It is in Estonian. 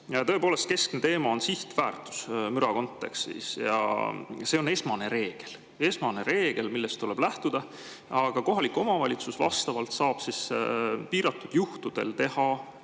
Tõepoolest, keskne teema on sihtväärtus müra kontekstis ja see on esmane reegel, millest tuleb lähtuda. Aga kohalik omavalitsus saab piiratud juhtudel teha